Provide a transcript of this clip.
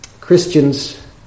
Christians